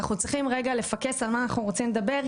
ואנחנו צריכים רגע לפקס על מה אנחנו רוצים לדבר,